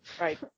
Right